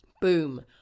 Boom